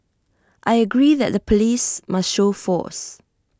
I agree that the Police must show force